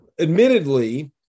admittedly